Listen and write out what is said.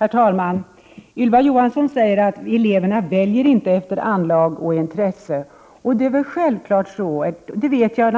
Herr talman! Ylva Johansson sade att eleverna inte väljer efter anlag och intresse. Självfallet vet jag